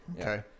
Okay